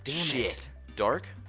shit. dark?